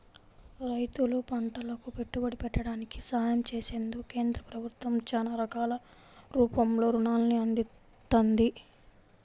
రైతులు పంటలకు పెట్టుబడి పెట్టడానికి సహాయం చేసేందుకు కేంద్ర ప్రభుత్వం చానా రకాల రూపంలో రుణాల్ని అందిత్తంది